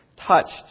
touched